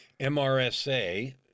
MRSA